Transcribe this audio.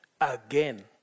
again